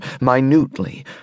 minutely